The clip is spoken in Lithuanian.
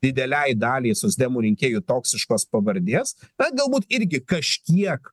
didelei daliai socdemų rinkėjų toksiškos pavardės bet galbūt irgi kažkiek